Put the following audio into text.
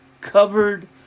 covered